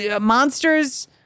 Monsters